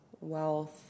wealth